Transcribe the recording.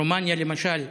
רומניה, למשל,